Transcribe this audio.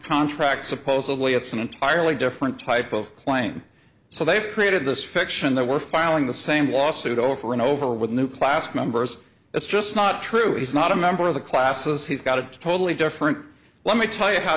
contract supposedly it's an entirely different type of claim so they've created this fiction that we're filing the same lawsuit over and over with new class members it's just not true he's not a member of the classes he's got a totally different let me tell you how